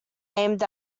aimed